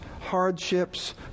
hardships